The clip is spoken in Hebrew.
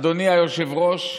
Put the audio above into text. אדוני היושב-ראש,